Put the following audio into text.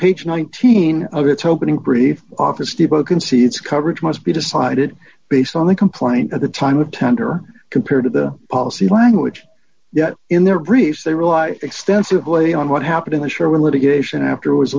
page nineteen of its opening brief office depot concedes coverage must be decided based on the complaint at the time of tender compared to the policy language yet in their briefs they rely extensively on what happened in the show when litigation after wa